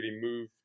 move